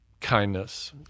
kindness